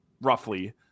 roughly